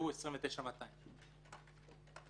שהוא 29,200 שקלים.